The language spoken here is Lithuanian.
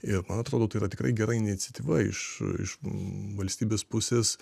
ir man atrodo tai yra tikrai gera iniciatyva iš iš valstybės pusės